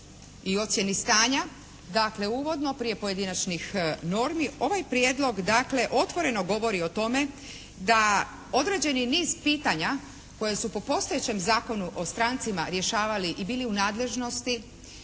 i ocjeni stanja dakle uvodno prije pojedinačnih normi, ovaj prijedlog dakle otvoreno govori o tome da određeni niz pitanja koja su po postojećeg Zakonu o strancima rješavali i bili u nadležnosti